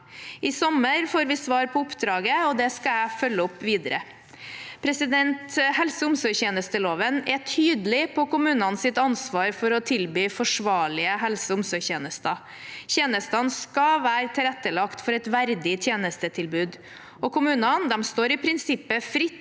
I sommer får vi svar på oppdraget, og det skal jeg følge opp videre. Helse- og omsorgstjenesteloven er tydelig på kommunenes ansvar for å tilby forsvarlige helse- og omsorgstjenester. Tjenestene skal være tilrettelagt for et verdig tjenestetilbud. Kommunene står i prinsippet fritt